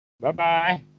Bye-bye